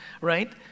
Right